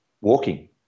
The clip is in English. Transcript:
walking